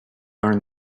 learn